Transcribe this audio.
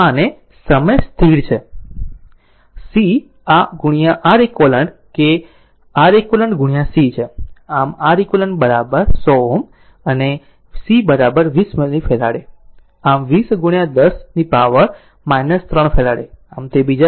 અને સમય સ્થિર છે C R eq કે R eq C છે આમ R eq 100 Ω અને C 20 મિલિફેરાડે આમ 20 10 પાવર માટે 3 ફેરાડે આમ તે બીજા છે